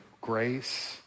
grace